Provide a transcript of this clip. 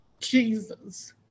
Jesus